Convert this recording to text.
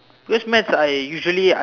because math I usually I